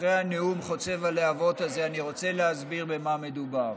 אחרי הנאום חוצב הלהבות הזה אני רוצה להסביר במה מדובר.